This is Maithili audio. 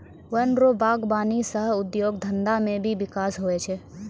वन रो वागबानी सह उद्योग धंधा मे भी बिकास हुवै छै